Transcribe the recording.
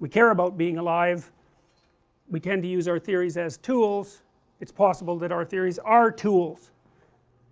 we care about being alive we tend to use our theories as tools it's possible that our theories are tools